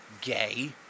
gay